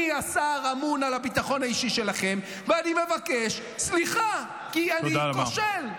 -- אני השר האמון על הביטחון האישי שלכם ואני מבקש סליחה כי אני כושל.